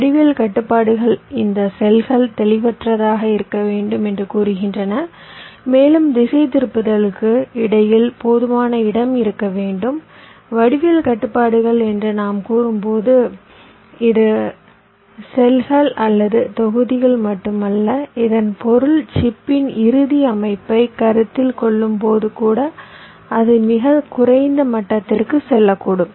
வடிவியல் கட்டுப்பாடுகள் இந்த செல்கள் தெளிவற்றதாக இருக்க வேண்டும் என்று கூறுகின்றன மேலும் திசைதிருப்பலுக்கு இடையில் போதுமான இடம் இருக்க வேண்டும் வடிவியல் கட்டுப்பாடுகள் என்று நாம் கூறும்போது இது செல்கள் அல்லது தொகுதிகள் மட்டுமல்ல இதன் பொருள் சிப்பின் இறுதி அமைப்பைக் கருத்தில் கொள்ளும்போது கூட அது மிகக் குறைந்த மட்டத்திற்குச் செல்லக்கூடும்